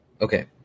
Okay